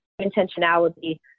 intentionality